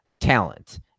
talent